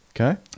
Okay